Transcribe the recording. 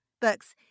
books